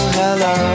hello